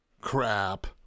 Crap